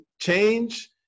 change